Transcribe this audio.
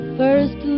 first